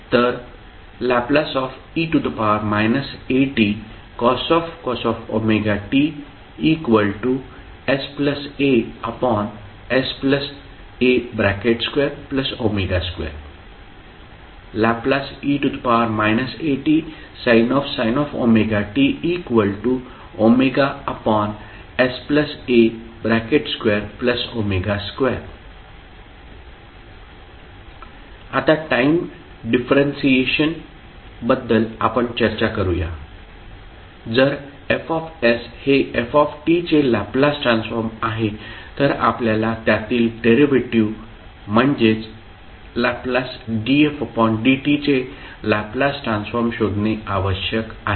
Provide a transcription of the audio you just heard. तर Le atcos wt sasa2w2 Le atsin wt wsa2w2 आता time differentiation बद्दल आपण चर्चा करूया जर F हे f चे लॅपलास ट्रान्सफॉर्म आहे तर आपल्याला त्यातील डेरिव्हेटिव्ह् म्हणजेच Ldfdt चे लॅपलास ट्रान्सफॉर्म शोधणे आवश्यक आहे